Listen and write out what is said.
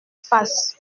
face